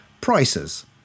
prices